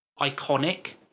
iconic